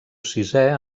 sisè